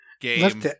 game